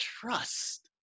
trust